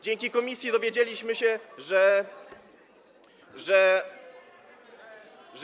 Dzięki komisji dowiedzieliśmy się, że, że, że.